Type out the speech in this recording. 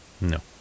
No